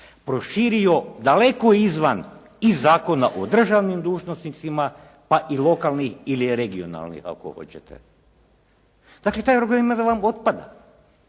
proširio daleko izvan i Zakona o državnim dužnosnicima pa i lokalnih ili regionalnih ako hoćete. Dakle … /Ne razumije se./ … otpada.